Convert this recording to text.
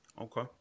Okay